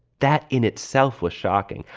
that in itself was shocking.